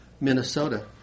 Minnesota